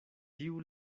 tiu